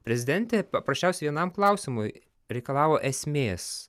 prezidentė paprasčiausiai vienam klausimui reikalavo esmės